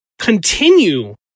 continue